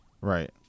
right